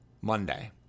Monday